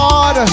God